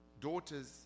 daughters